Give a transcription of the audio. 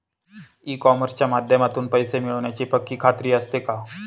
E कॉमर्सच्या माध्यमातून पैसे मिळण्याची पक्की खात्री असते का?